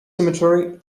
cemetery